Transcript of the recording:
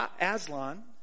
Aslan